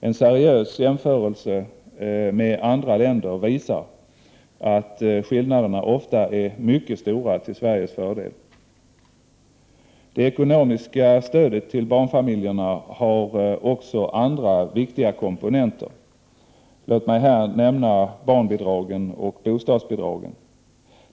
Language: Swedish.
En seriös jämförelse med andra länder visar att skillnaderna ofta är mycket stora till Sveriges fördel. Det ekonomiska stödet till barnfamiljerna har också andra viktiga komponenter. Låt mig här nämna barnbidragen och bostadsbidragen.